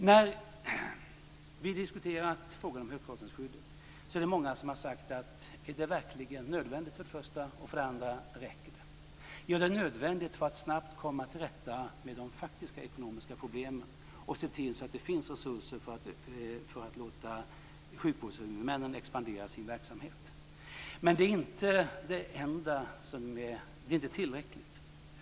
När vi har diskuterat frågan om högkostnadsskyddet är det många som har undrat för det första om detta verkligen är nödvändigt och för det andra om det räcker. Ja, det är nödvändigt för att snabbt komma till rätta med de faktiska ekonomiska problemen och se till att det finns resurser för att låta sjukvårdshuvudmännen expandera sin verksamhet. Men det är inte tillräckligt.